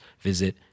visit